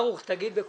ברוך, תגיד בקולך.